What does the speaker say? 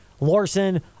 larson